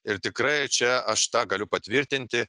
ir tikrai čia aš tą galiu patvirtinti